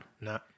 No